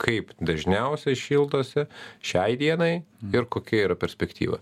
kaip dažniausia šildosi šiai dienai ir kokia yra perspektyva